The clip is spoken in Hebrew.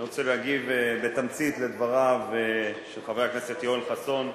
אני רוצה להגיב בתמצית על דבריו של חבר הכנסת יואל חסון.